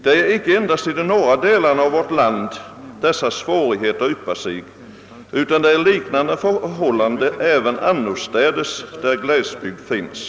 Det är inte endast i de norra delarna av vårt land som dessa svårigheter uppstår, utan förhållandena är likartade även annorstädes där glesbygd finns.